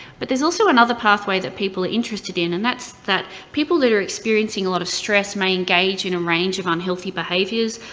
but there's also another pathway that people are interested in, and that's that, people that are experiencing a lot of stress may engage in a range of unhealthy behaviors,